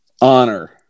honor